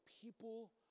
people